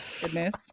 Goodness